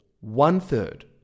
one-third